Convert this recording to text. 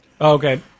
Okay